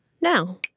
now